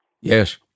yes